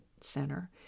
Center